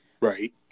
Right